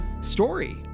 story